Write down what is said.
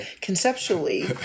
conceptually